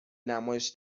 نمایش